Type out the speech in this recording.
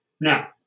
Now